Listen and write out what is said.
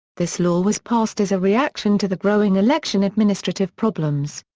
this law was passed as a reaction to the growing election administrative problems.